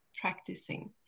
practicing